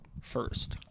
first